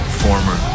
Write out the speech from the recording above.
former